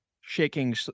shaking